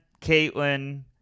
Caitlin